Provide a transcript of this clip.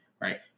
right